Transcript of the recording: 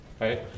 right